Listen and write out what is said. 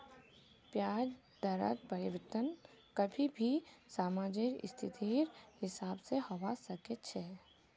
ब्याज दरत परिवर्तन कभी भी समाजेर स्थितिर हिसाब से होबा सके छे